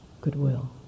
goodwill